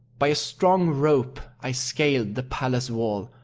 by a strong rope i scaled the palace wall,